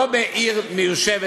לא בעיר מיושבת,